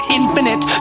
infinite